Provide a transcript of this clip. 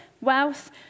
wealth